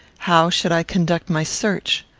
how should i conduct my search?